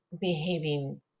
behaving